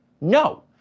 No